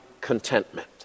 contentment